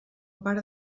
part